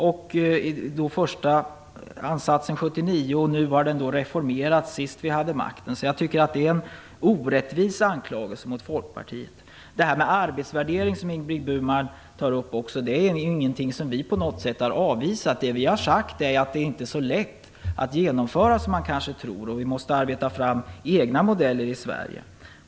Första ansatsen gjordes 1979, och när vi nu senast hade regeringsmakten reformerades den. Därför tycker jag att det är en orättvis anklagelse mot Folkpartiet. Detta med arbetsvärdering, som Ingrid Burman också tar upp, är ingenting som vi på något sätt har avvisat. Vad vi har sagt är att detta inte är så lätt att genomföra som man kanske kan tro och att vi måste arbeta fram egna modeller i Sverige.